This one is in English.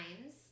times